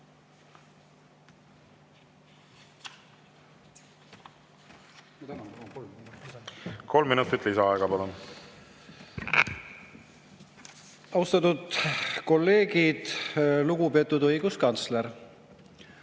Kolm minutit lisaaega, palun. Austatud kolleegid! Lugupeetud õiguskantsler!